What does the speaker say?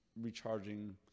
recharging